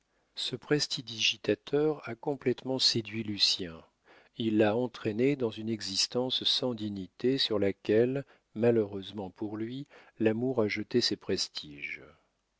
ce prestidigitateur a complétement séduit lucien il l'a entraîné dans une existence sans dignité sur laquelle malheureusement pour lui l'amour a jeté ses prestiges